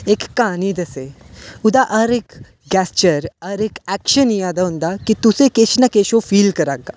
इक्क क्हानी दस्से ओह्दा हर इक्क गैस्चर ओह्दा हर इक्क एक्शन होंदा की ओह् किश ना किश फील करा दा